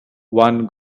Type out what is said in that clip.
one